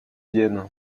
vienne